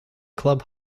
club